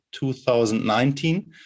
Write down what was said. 2019